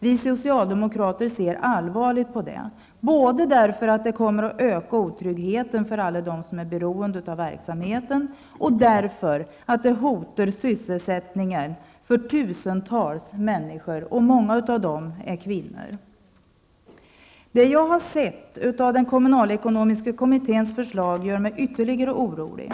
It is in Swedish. Vi socialdemokrater ser allvarligt på detta, både därför att det kommer att öka otryggheten för alla dem som är beroende av offentlig verksamhet och därför att det hotar sysselsättningen för tiotusentals människor, många av dem kvinnor. Det jag har sett av den kommunalekonomiska kommitténs förslag gör mig ytterligt orolig.